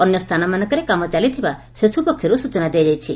ଅନ୍ୟ ସ୍ଚାନମାନଙ୍କରେ କାମ ଚାଲିଥିବା ସେସୁ ପକ୍ଷରୁ ସୂଚନା ଦିଆଯାଇଛି